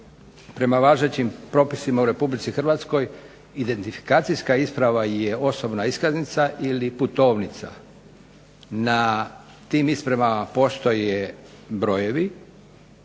prema važećim propisima u Republici Hrvatskoj identifikacijska isprava je osobna iskaznica ili putovnica. Na tim ispravama postoje brojevi